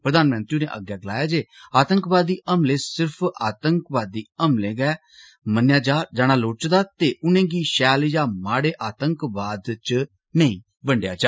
प्रधानमंत्री होरें अग्गै गलाया जे आतंकवादी हमलें सिर्फ आतंकवादी हमलें गै मन्नोया जाना लोड़चदा ते उनें गी शैल या माढ़े आतंकवाद च नेई बंडेआ जा